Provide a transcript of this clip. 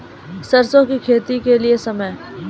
सरसों की खेती के लिए समय?